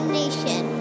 nation